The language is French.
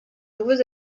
nouveaux